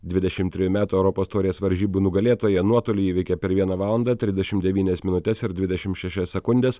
dvidešim trejų metų europos taurės varžybų nugalėtoja nuotolį įveikė per vieną valandą trisdešim devynias minutes ir dvidešim šešias sekundes